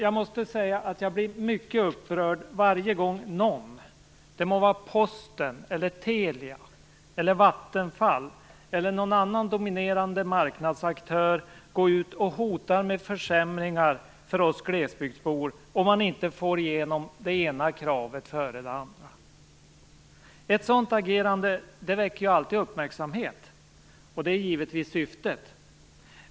Jag måste säga att jag blir mycket upprörd varje gång någon, det må vara Posten, Telia, Vattenfall eller någon annan, dominerande marknadsaktör går ut och hotar med försämringar för oss glesbygdsbor om man inte får igenom det ena kravet före det andra. Ett sådant agerande väcker alltid uppmärksamhet, och det är givetvis syftet.